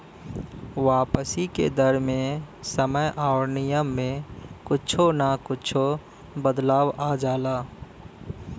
वापसी के दर मे समय आउर नियम में कुच्छो न कुच्छो बदलाव आ जाला